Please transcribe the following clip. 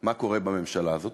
מה קורה בממשלה הזאת.